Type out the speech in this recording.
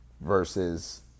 versus